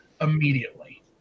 immediately